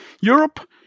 Europe